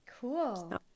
cool